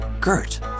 Gert